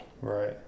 right